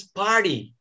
party